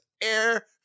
air